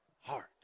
heart